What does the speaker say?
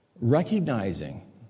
recognizing